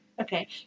Okay